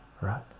right